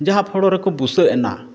ᱡᱟᱦᱟᱸ ᱯᱷᱚᱲᱚ ᱨᱮᱠᱚ ᱵᱩᱥᱟᱹᱜ ᱮᱱᱟ